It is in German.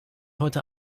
heute